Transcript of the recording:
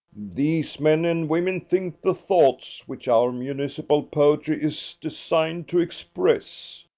these men and women think the thoughts which our municipal poetry is designed to express,